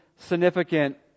significant